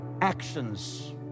actions